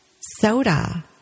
soda